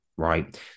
Right